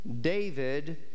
David